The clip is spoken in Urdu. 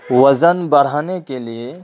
وزن بڑھانے کے لیے